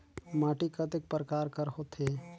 माटी कतेक परकार कर होथे?